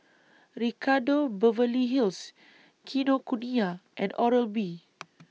Ricardo Beverly Hills Kinokuniya and Oral B